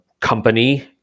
company